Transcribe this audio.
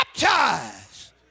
baptized